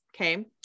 Okay